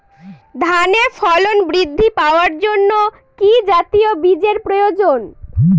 ধানে ফলন বৃদ্ধি পাওয়ার জন্য কি জাতীয় বীজের প্রয়োজন?